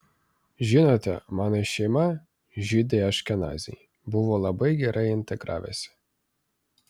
žinote mano šeima žydai aškenaziai buvo labai gerai integravęsi